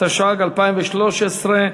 התשע"ג 2013,